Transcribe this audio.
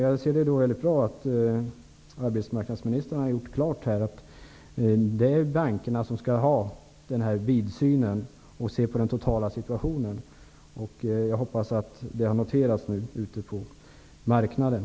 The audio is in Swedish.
Jag anser det bra att arbetsmarknadsministern har gjort klart här att det är bankerna som skall visa denna vida syn och se på den totala situationen. Jag hoppas att detta noteras ute på marknaden.